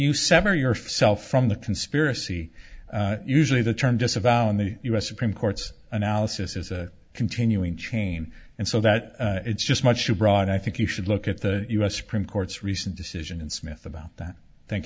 you sever yourself from the conspiracy usually the term disavow in the u s supreme court's analysis is a continuing chain and so that it's just much too broad i think you should look at the u s supreme court's recent decision in smith about that thank